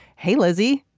hey lizzie.